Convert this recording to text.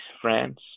France